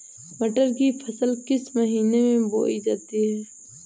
मटर की फसल किस महीने में बोई जाती है?